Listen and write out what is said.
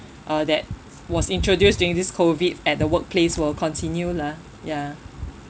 uh that was introduced during this COVID at the workplace will continue lah ya